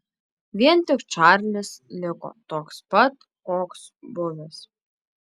vien tik čarlis liko toks pat koks buvęs